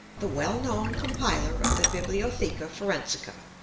the well-known compiler of the bibliotheca forensica,